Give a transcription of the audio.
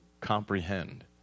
comprehend